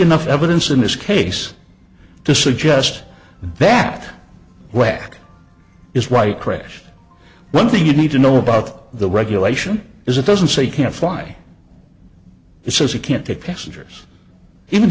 enough evidence in this case to suggest that lack is right crash one thing you need to know about the regulation is it doesn't say you can't fly it says you can't take passengers even